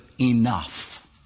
enough